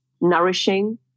nourishing